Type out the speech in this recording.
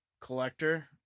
collector